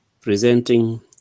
presenting